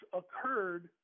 occurred